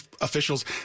officials